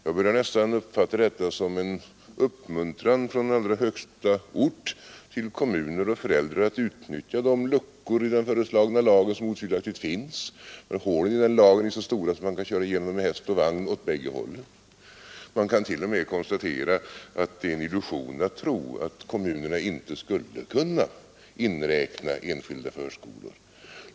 Man börjar nästan uppfatta detta som en uppmuntran från allra högsta ort till kommuner och föräldrar att utnyttja de luckor i den föreslagna lagen som otvivelaktigt finns. Men hålen i den lagen är så stora att man kan köra igenom dem med häst och vagn åt bägge hållen. Man kan t.o.m. konstatera att det är en illusion att tro att kommunerna inte skulle kunna inräkna enskilda förskolor.